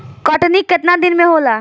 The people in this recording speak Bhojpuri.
कटनी केतना दिन में होला?